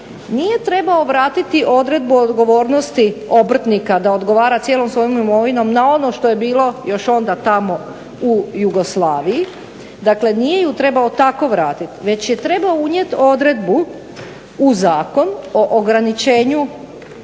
nije trebao vratiti odredbu o odgovornosti obrtnika da odgovara cijelom svojom imovinom na ono što je bilo još onda tamo u Jugoslaviji. Dakle nije ju trebao tako vratiti već je trebao unijeti odredbu u zakon o ograničenju